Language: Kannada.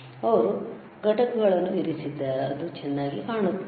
ಅವರು ಘಟಕಗಳನ್ನು ಇರಿಸಿದ್ದಾರೆ ಅದು ಚೆನ್ನಾಗಿ ಕಾಣುತ್ತದೆ